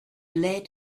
lead